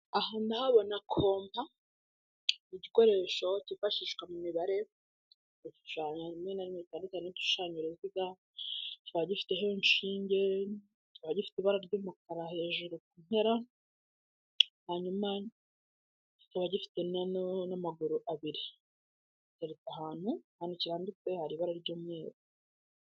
Aha ndahabona compass, igikoresho kifashishwa mu mibare gushushanya, gushushanya rimwe na rimwe ushushanya uruziga, kikaba gifiteho inshinge, kikaba gifite ibara ry'umukara hejuru ku mpera hanyuma kikaba gifite amaguru abiri giteretse ahantu, ahantu kirambitse hari ibara ry'umweru.